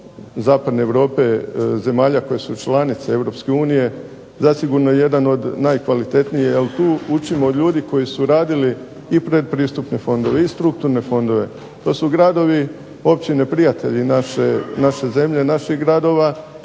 zapadne Europe, zemalja koje su članice EU, zasigurno je jedan od najkvalitetnijih jer tu učimo od ljudi koji su radili i predpristupne fondove i strukturne fondove. To su gradovi, općine prijatelji naše zemlje, naših gradova